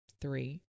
three